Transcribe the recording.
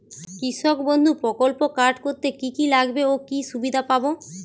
কৃষক বন্ধু প্রকল্প কার্ড করতে কি কি লাগবে ও কি সুবিধা পাব?